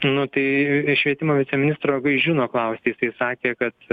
nu tai švietimo viceministro gaižiūno kausti jisai sakė kad